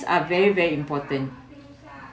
are very very important